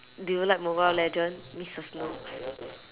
do you like mobile legend missus noobs